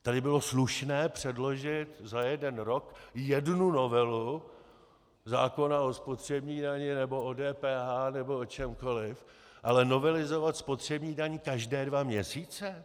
Tady bylo slušné předložit za jeden rok jednu novelu zákona o spotřební dani nebo o DPH nebo o čemkoliv, ale novelizovat spotřební daň každé dva měsíce?